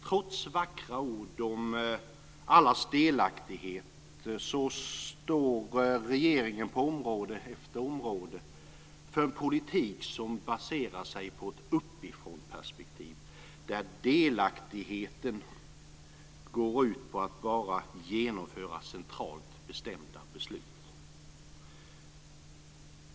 Trots vackra ord om allas delaktighet står regeringen på område efter område för en politik som baserar sig på ett uppifrånperspektiv där delaktigheten går ut på att bara genomföra centralt bestämda beslut.